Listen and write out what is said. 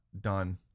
Done